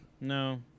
No